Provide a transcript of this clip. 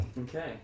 okay